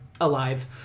alive